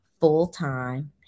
full-time